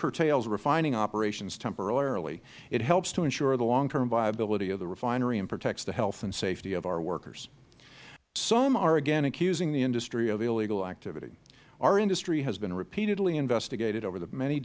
curtails refining operations temporarily it helps to ensure the longtime viability of the refinery and protects the health and safety of our workers some are again accusing the industry of illegal activity our industry has been repeatedly investigated over the many